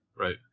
Right